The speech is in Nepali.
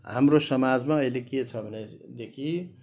हाम्रो समाजमा अहिले के छ भनेदेखि